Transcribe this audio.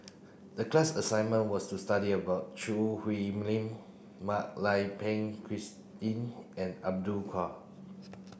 the class assignment was to study about Choo Hwee Lim Mak Lai Peng Christine and